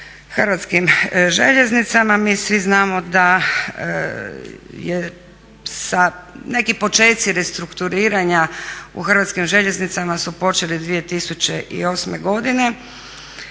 Hrvatskim željeznicama. Mi svi znamo da neki počeci restrukturiranja u Hrvatskim željeznicama su počeli 2008. godine,